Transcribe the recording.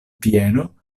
vieno